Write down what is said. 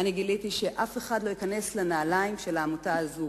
גיליתי שאף אחד לא ייכנס לנעליים של העמותה הזאת.